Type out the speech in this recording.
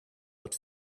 but